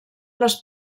les